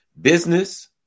business